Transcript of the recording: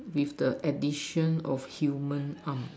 with the addition of human arm